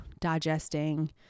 digesting